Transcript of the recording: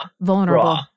Vulnerable